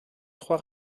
trois